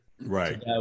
Right